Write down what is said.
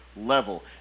level